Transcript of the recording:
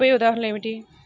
UPI ఉదాహరణ ఏమిటి?